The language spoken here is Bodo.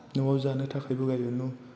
न'आव जानो थाखायबो गायो